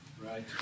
right